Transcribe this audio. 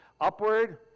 upward